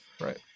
right